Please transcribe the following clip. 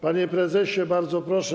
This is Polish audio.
Panie prezesie, bardzo proszę.